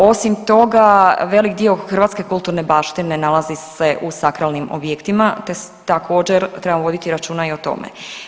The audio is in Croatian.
Osim toga, velik dio hrvatske kulturne baštine nalazi se u sakralnim objektima te također, trebamo voditi računa i o tome.